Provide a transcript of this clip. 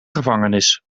gevangenis